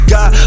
God